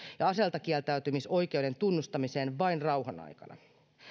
ja aseistakieltäytymisoikeuden tunnustamiseen vain rauhan aikana